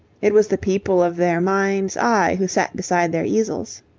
it was the people of their minds' eye who sat beside their easels.